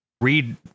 read